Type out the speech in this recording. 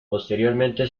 posteriormente